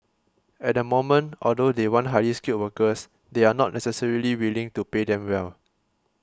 at the moment although they want highly skilled workers they are not necessarily willing to pay them well